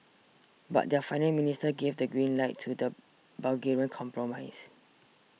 but their finance ministers gave the green light to the Bulgarian compromise